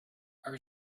our